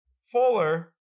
fuller